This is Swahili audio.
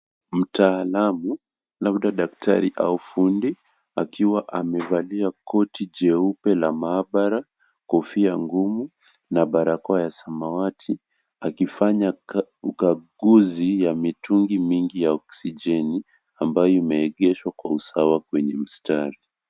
Mtaalamu, labda daktari au fundi akiwa amevalia koti jeupe la maabara, kofia ngumu na barakoa ya samawati, akifanya ukaguzi ya mitungi mingi ya oksijeni ambayo imeegeshwa kwa usawa kwenye mistari.